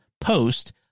post